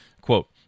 Quote